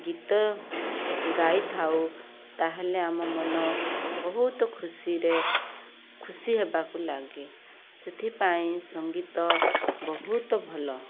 ଗୀତ ଗାଇଥାଉ ତା'ହେଲେ ଆମ ମନ ବହୁତ ଖୁସିରେ ଖୁସି ହେବାକୁ ଲାଗେ ସେଥିପାଇଁ ସଙ୍ଗୀତ ବହୁତ ଭଲ